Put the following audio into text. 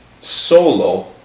solo